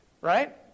Right